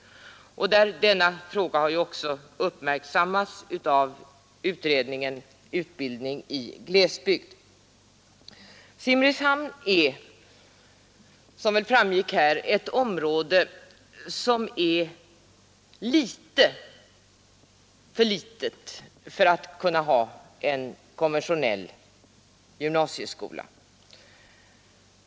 Denna fråga har också uppmärksammats av utredningen Utbildning i glesbygd. Simrishamn är, som väl framgick nyss, ett område som är litet för litet för att kunna ha en konventionell gymnasieskola.